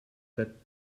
that